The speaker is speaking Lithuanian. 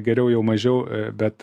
geriau jau mažiau bet